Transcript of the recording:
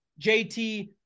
JT